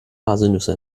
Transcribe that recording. haselnüsse